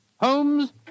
Holmes